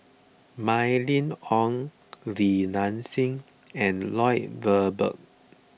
Mylene Ong Li Nanxing and Lloyd Valberg